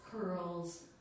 curls